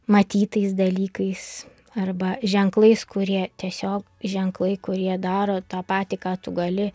matytais dalykais arba ženklais kurie tiesiog ženklai kurie daro tą patį ką tu gali